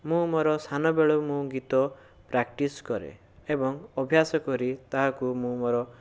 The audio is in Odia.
ମୁଁ ମୋର ସାନବେଳୁ ମୁଁ ଗୀତ ପ୍ରାକ୍ଟିସ କରେ ଏବଂ ଅଭ୍ୟାସ କରି ତାହାକୁ ମୁଁ ମୋର